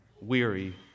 weary